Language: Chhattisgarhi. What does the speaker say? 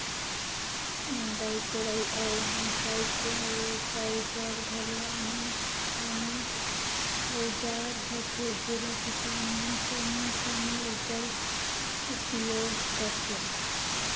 निदई कोड़ई अउ मिसई कुटई कर घलो आने आने अउजार होथे जेला किसान मन समे समे उपर उपियोग करथे